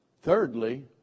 Thirdly